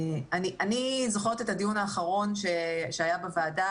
אני זוכרת את הדיון האחרון שהיה בוועדה,